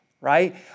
right